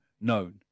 known